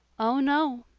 oh, no.